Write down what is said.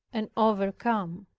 and overcome.